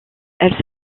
elle